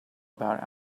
about